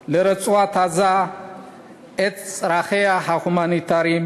לרצועת-עזה את צרכיה ההומניטריים,